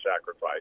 sacrifice